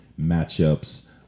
matchups